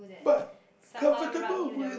but comfortable with